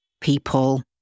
people